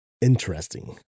interesting